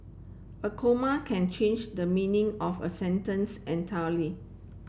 a comma can change the meaning of a sentence entirely